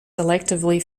selectively